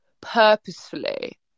purposefully